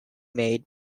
made